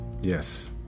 Yes